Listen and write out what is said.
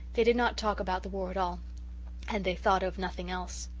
they did not talk about the war at all and they thought of nothing else.